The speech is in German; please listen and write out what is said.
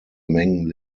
mengen